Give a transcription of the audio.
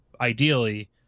ideally